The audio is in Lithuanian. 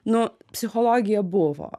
nu psichologija buvo